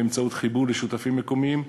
באמצעות חיבור לשותפים מקומיים,